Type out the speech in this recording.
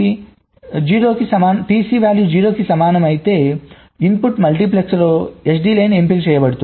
TC కి 0 సమానం అయితే ఇన్పుట్ మల్టీప్లెక్సర్లో SD లైన్ ఎంపిక చేయబడుతుంది